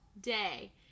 day